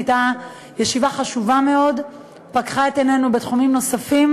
הייתה ישיבה חשובה מאוד שפקחה את עינינו בתחומים נוספים,